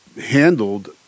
handled